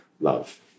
love